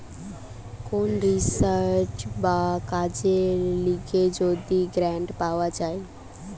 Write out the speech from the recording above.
কোন রিসার্চ বা কাজের লিগে যদি গ্রান্ট পাওয়া যায়